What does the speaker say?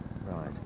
Right